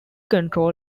control